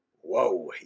whoa